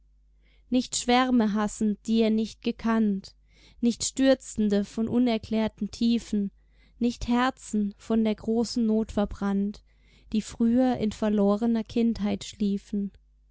nicht schwärme hassend die er nicht gekannt nicht stürzende von unerklärten tiefen nicht herzen von der großen not verbrannt die früher in verlorener kindheit schliefen